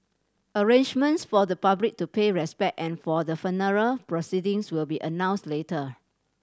arrangements for the public to pay respect and for the funeral proceedings will be announced later